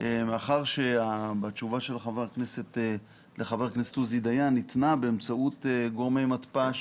מאחר שהתשובות לחבר הכנסת עוזי דיין ניתנה באמצעות גורמי מתפ"ש.